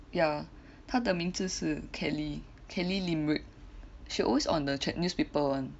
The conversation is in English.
ya 她的名字是 Kelly Kelly Limerick she always on the cha~ newspaper one